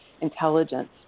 intelligence